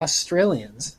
australians